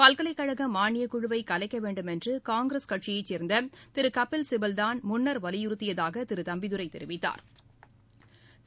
பல்கலைக்கழக மானியக் குழுவை கலைக்க வேண்டுமென்று காங்கிரஸ் கட்சியைச் சேர்ந்த திரு கபில்சிபல் தான் முன்னா் வலியுறுத்தியதாக திரு தம்பிதுரை தெரிவித்தாா்